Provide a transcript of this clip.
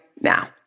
now